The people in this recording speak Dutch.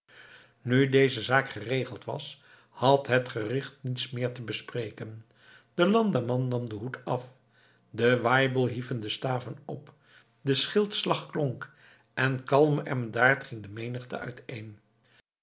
nu deze zaak geregeld was had het gericht niets meer te bespreken de landamman nam den hoed af de waibel hieven de staven op de schildslag klonk en kalm en bedaard ging de menigte uiteen